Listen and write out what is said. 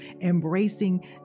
embracing